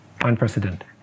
unprecedented